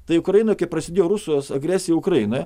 tai ukrainoj kai prasidėjo rusijos agresijai ukrainoje